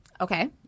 Okay